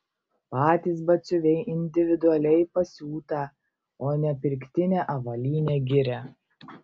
patys batsiuviai individualiai pasiūtą o ne pirktinę avalynę giria